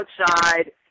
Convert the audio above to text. outside